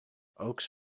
oaks